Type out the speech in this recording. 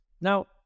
Now